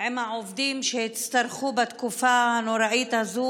עם העובדים שהיו צריכים בתקופה הנוראית הזו,